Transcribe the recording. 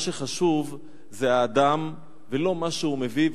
מה שחשוב זה האדם ולא מה שהוא מביא.